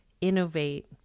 innovate